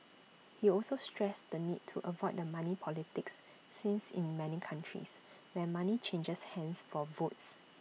he also stressed the need to avoid the money politics since in many countries where money changes hands for votes